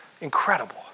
Incredible